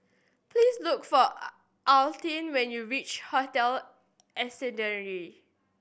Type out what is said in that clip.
please look for Altie when you reach Hotel Ascendere